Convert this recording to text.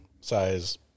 size